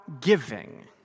giving